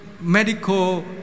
medical